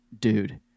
Dude